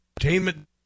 entertainment